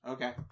Okay